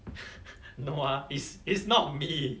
no ah please it's not me